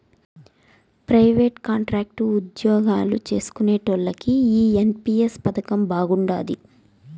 private, contract ఉజ్జోగాలు చేస్కునేటోల్లకి ఈ ఎన్.పి.ఎస్ పదకం బాగుండాది